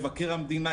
למבקר המדינה,